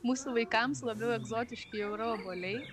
mūsų vaikams labiau egzotiški jau yra obuoliai